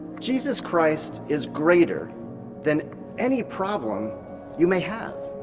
jesus christ is greater than any problem you may have.